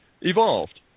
evolved